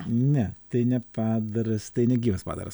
ne tai ne padaras tai negyvas padaras